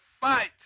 fight